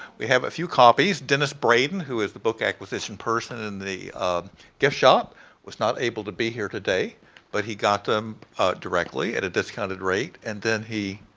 we have a few copies. dennis braden who is the book acquisition person in the archives um gift shop was not able to be here today but he got them directly at a discounted rate and then he